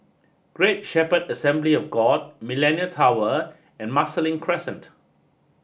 Great Shepherd Assembly of God Millenia Tower and Marsiling Crescent